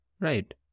Right